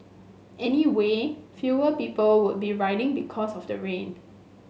anyway fewer people would be riding because of the rain